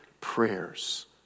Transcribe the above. prayers